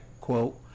quote